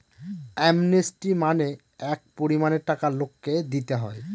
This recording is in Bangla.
অ্যামনেস্টি মানে এক পরিমানের টাকা লোককে দিতে হয়